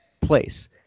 place